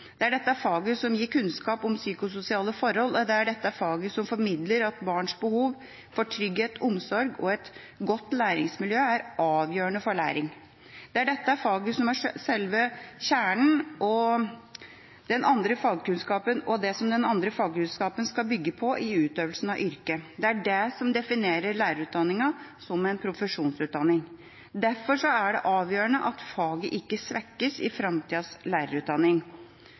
Det er dette faget som gir kunnskap om psykososiale forhold, og det er dette faget som formidler at barns behov for trygghet, omsorg og et godt læringsmiljø er avgjørende for læring. Det er dette faget som er sjølve kjernen, som den andre fagkunnskapen skal bygge på i utøvelsen av yrket. Det er det som definerer lærerutdanningen som en profesjonsutdanning. Derfor er det avgjørende at faget ikke svekkes i framtidas lærerutdanning.